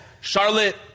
Charlotte